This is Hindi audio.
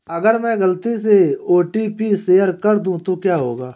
अगर मैं गलती से ओ.टी.पी शेयर कर दूं तो क्या होगा?